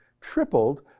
tripled